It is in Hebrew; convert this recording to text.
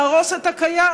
להרוס את הקיים,